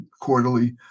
quarterly